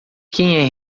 quem